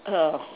oh